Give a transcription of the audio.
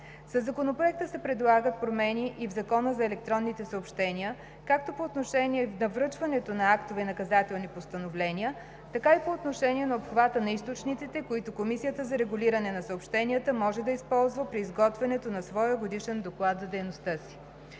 Със Законопроекта се предлагат промени и в Закона за електронните съобщения както по отношение на връчването на актове и наказателни постановления, така и по отношение на обхвата на източниците, които Комисията за регулиране на съобщенията може да използва при изготвянето на своя годишен доклад за дейността си.